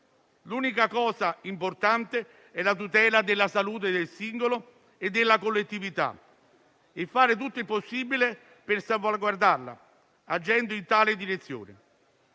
L'unica cosa importante è la tutela della salute del singolo e della collettività e fare tutto il possibile per salvaguardarla, agendo in tale direzione.